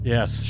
Yes